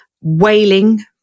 wailing